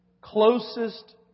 closest